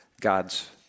God's